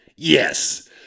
Yes